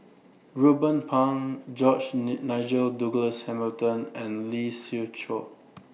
Ruben Pang George Nigel Douglas Hamilton and Lee Siew Choh